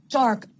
dark